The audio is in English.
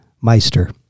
meister